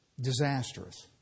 disastrous